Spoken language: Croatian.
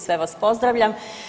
Sve vas pozdravljam.